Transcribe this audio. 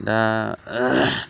दा